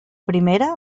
primera